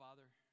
Father